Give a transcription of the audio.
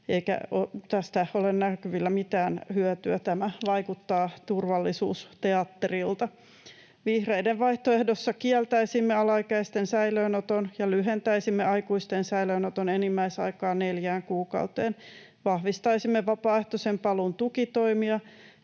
eikä tästä ole näkyvillä mitään hyötyä. Tämä vaikuttaa turvallisuusteatterilta. Vihreiden vaihtoehdossa kieltäisimme alaikäisten säilöönoton ja lyhentäisimme aikuisten säilöönoton enimmäisaikaa neljään kuukauteen. Vahvistaisimme vapaaehtoisen paluun tukitoimia